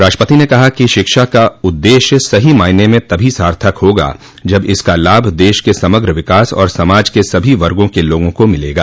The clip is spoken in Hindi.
राष्ट्रपति ने कहा कि शिक्षा का उद्देश्य सही मायने में तभी सार्थक होगा जब इसका लाभ देश के समग्र विकास और समाज के सभी वर्गो के लोगों को मिलेगा